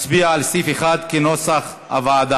נצביע על סעיף 1 כנוסח הוועדה.